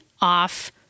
off